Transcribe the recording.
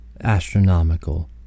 astronomical